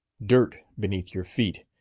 dirt beneath your feet.